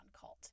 cult